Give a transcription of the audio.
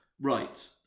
Right